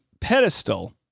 pedestal